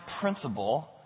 principle